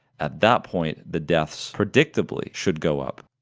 at that point the deaths predictably should go up.